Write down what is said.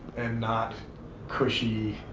and not cushy,